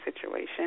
situation